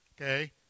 okay